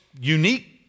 unique